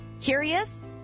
Curious